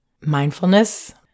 mindfulness